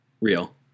Real